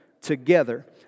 together